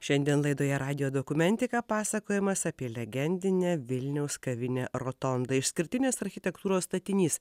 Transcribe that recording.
šiandien laidoje radijo dokumentika pasakojimas apie legendinę vilniaus kavinę rotondą išskirtinės architektūros statinys